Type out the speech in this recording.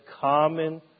common